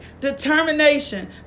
determination